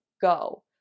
go